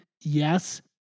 Yes